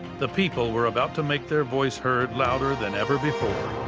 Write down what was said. the people were about to make their voice heard louder than ever before.